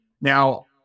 Now